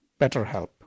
BetterHelp